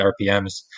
RPMs